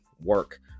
work